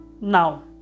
now